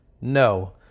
No